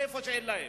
מאיפה שאין להן.